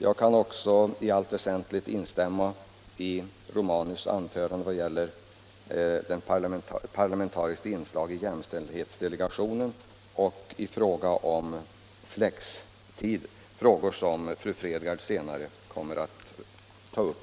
Jag kan också i allt väsentligt instämma i herr Romanus anförande vad gäller parlamentariskt inslag i jämställdhetsdelegationen och flextid — frågor som fru Fredgardh senare kommer att ta upp.